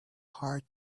hard